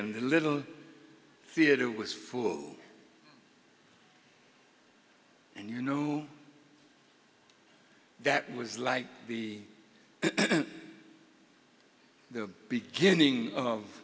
and the little theater was full and you know that was like the the beginning of